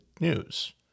news